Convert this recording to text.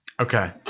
Okay